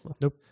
Nope